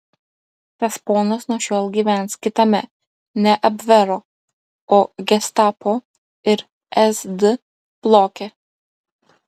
tas ponas nuo šiol gyvens kitame ne abvero o gestapo ir sd bloke